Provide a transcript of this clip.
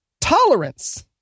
tolerance